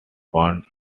found